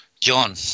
John